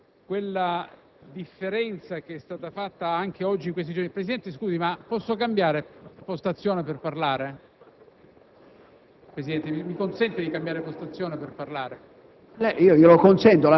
stabilire, ristabilire e sottolineare in questa sede quella differenza che è stata fatta anche oggi e in questi giorni. Presidente, scusi, mi consente di poter cambiare postazione per parlare?